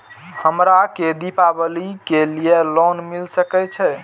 हमरा के दीपावली के लीऐ लोन मिल सके छे?